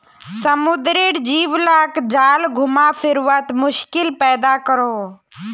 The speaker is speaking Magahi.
समुद्रेर जीव लाक जाल घुमा फिरवात मुश्किल पैदा करोह